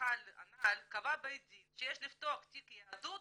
זכה הנ"ל קבע בית הדין שיש לפתוח תיק יהדות,